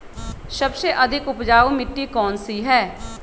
सबसे अधिक उपजाऊ मिट्टी कौन सी हैं?